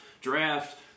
draft